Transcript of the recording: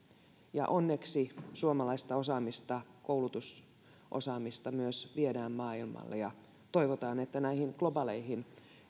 onneksi suomalaista osaamista koulutusosaamista myös viedään maailmalle ja toivotaan että näihin globaaleihin